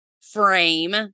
Frame